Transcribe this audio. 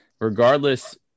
regardless